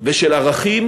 ושל ערכים